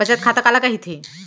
बचत खाता काला कहिथे?